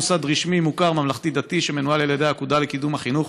מוסד רשמי מוכר ממלכתי-דתי שמנוהל על ידי האגודה לקידום החינוך,